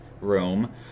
room